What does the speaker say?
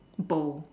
both